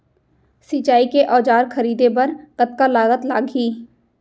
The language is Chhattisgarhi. सिंचाई के औजार खरीदे बर कतका लागत लागही?